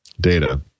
data